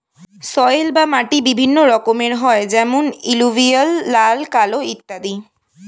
soil বা মাটি বিভিন্ন রকমের হয় যেমন এলুভিয়াল, লাল, কালো ইত্যাদি